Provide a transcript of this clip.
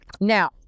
Now